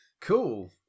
cool